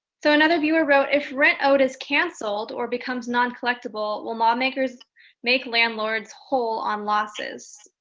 so another viewer wrote, if rent owed is canceled or becomes non-collectible, will lawmakers make landlords whole on losses?